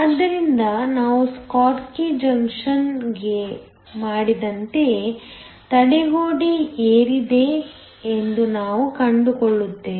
ಆದ್ದರಿಂದ ನಾವು ಸ್ಕಾಟ್ಕಿ ಜಂಕ್ಷನ್ಗೆ ಮಾಡಿದಂತೆಯೇ ತಡೆಗೋಡೆ ಏರಿದೆ ಎಂದು ನಾವು ಕಂಡುಕೊಳ್ಳುತ್ತೇವೆ